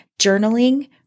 Journaling